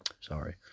sorry